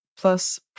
Plus